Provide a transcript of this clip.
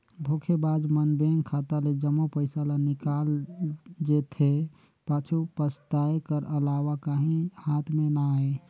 धोखेबाज मन बेंक खाता ले जम्मो पइसा ल निकाल जेथे, पाछू पसताए कर अलावा काहीं हाथ में ना आए